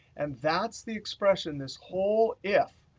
and that's the expression, this whole if.